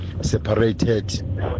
separated